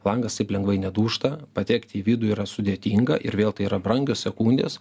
langas taip lengvai nedūžta patekti į vidų yra sudėtinga ir vėl tai yra brangios sekundės